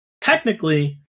technically